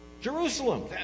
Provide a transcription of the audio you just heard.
Jerusalem